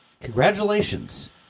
congratulations